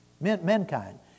Mankind